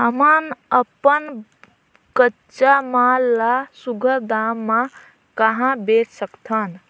हमन अपन कच्चा माल ल सुघ्घर दाम म कहा बेच सकथन?